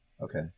Okay